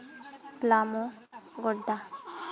Palamu Godda